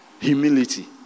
Humility